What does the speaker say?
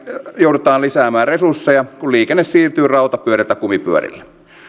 joudutaan lisäämään resursseja kun liikenne siirtyy rautapyöriltä kumipyörille